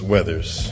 Weathers